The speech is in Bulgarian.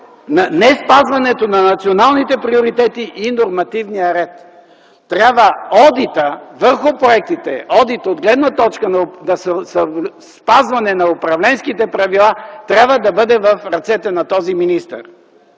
неспазването на националните приоритети и нормативния ред. Трябва одитът върху проектите, одит от гледна точка на спазване на управленските правила, трябва да бъде в ръцете на този министър